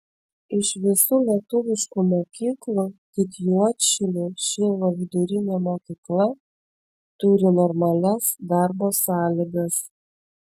iš visų lietuviškų mokyklų tik juodšilių šilo vidurinė mokykla turi normalias darbo sąlygas